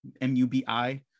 M-U-B-I